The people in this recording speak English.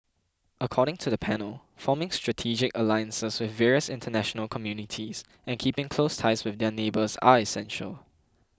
according to the panel forming strategic alliances with various international communities and keeping close ties with their neighbours are essential